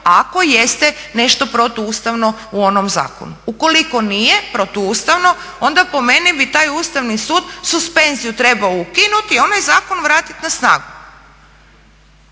ako jeste nešto protuustavno, u onom zakonu? Ukoliko nije protuustavno onda po meni bi taj Ustavni sud suspenziju trebao ukinuti, a onaj zakon vratiti na snagu.